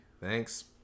thanks